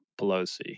Pelosi